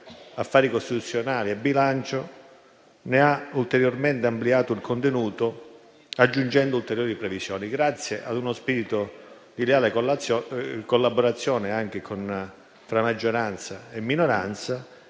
affari costituzionali e bilancio ne ha poi ulteriormente ampliato il contenuto, aggiungendo ulteriori previsioni, grazie a uno spirito di leale collaborazione tra maggioranza e minoranza,